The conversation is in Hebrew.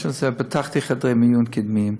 פתחתי חדרי מיון קדמיים,